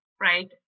right